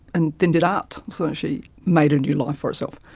and then did arts. so she made a new life for herself.